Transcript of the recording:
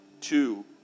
two